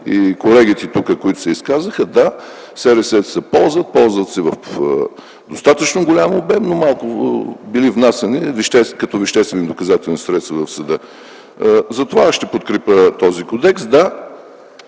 И колегите тук казаха, че СРС-та се ползват, ползват се в достатъчно голям обем, но малко били внасяни като веществени доказателствени средства в съда. Затова аз ще подкрепя този кодекс. Да,